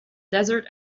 desert